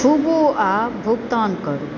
छुबु आ भुगतान करु